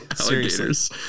Alligators